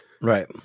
right